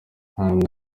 ntabwo